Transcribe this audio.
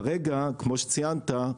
כרגע, כמו שציינת,